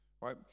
right